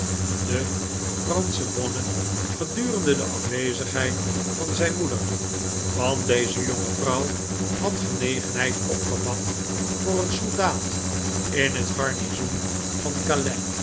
de fransche bonne gedurende de afwezigheid van zijn moeder want deze jonge vrouw had genegenheid opgevat voor een soldaat in het garnizoen van